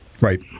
Right